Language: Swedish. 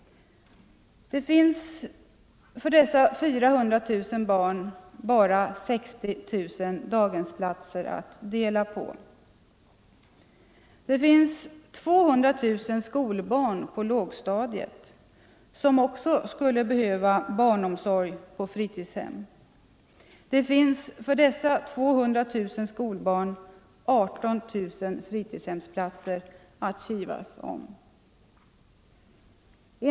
Det finns för dessa 400 000 barn bara 60 000 daghemsplatser att dela på. Det finns 200 000 skolbarn på lågstadiet som också skulle behöva barnomsorg på fritidshem. För dessa 200 000 skolbarn finns det 18 000 fritidshemsplatser att kivas om.